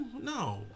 No